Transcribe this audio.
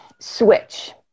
switch